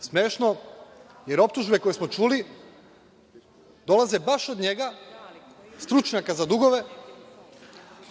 Smešno, jer optužbe koje smo čuli dolaze baš od njega, stručnjaka za dugove,